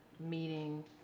Meeting